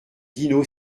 dino